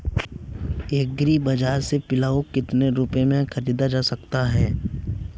Agree बाजार से पिलाऊ कितनी रुपये में ख़रीदा जा सकता है?